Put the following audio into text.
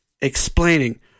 explaining